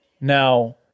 Now